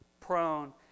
prone